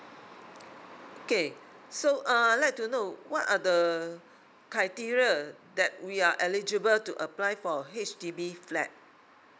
okay so uh I would like to know what are the criteria that we are eligible to apply for H_D_B flat